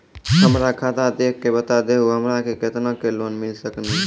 हमरा खाता देख के बता देहु हमरा के केतना के लोन मिल सकनी?